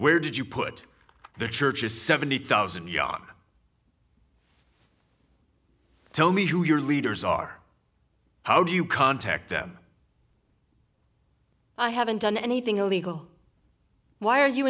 where did you put the churches seventy thousand ya tell me who your leaders are how do you contact them i haven't done anything illegal why are you